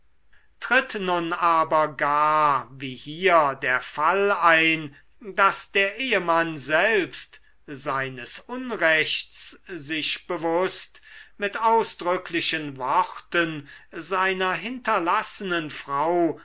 tritt nun aber gar wie hier der fall ein daß der ehemann selbst seines unrechts sich bewußt mit ausdrücklichen worten seiner hinterlassenen frau